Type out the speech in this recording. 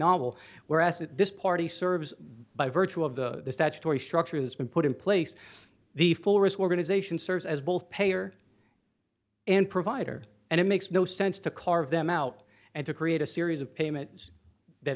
novel whereas this party serves by virtue of the statutory structure that's been put in place the full restore going to zation serves as both payer and provider and it makes no sense to carve them out and to create a series of payments that